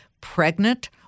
pregnant